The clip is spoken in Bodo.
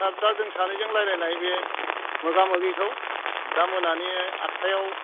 सार दा जों सानैजों रायलायनाय बे मोगा मोगिखौ दा मोनानि आदथायाव